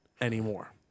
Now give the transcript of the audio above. anymore